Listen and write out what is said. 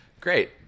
Great